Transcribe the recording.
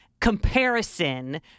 comparison